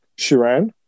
Shiran